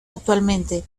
actualmente